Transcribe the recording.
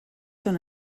són